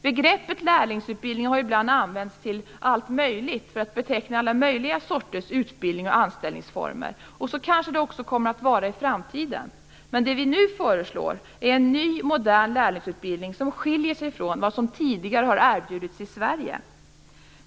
Begreppet lärlingsutbildning har ibland använts till allt möjligt, för att beteckna alla möjliga sorters utbildning och anställningsformer. Så kanske det också kommer att vara i framtiden. Men det vi nu föreslår är alltså en ny, modern lärlingsutbildning, som skiljer sig från vad som tidigare har erbjudits i Sverige.